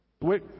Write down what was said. wait